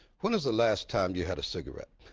when is the last time you had a cigarette?